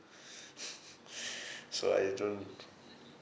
so I don't